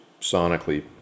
sonically